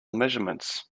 measurements